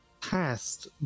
past